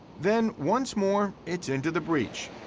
then, once more, it's into the breach.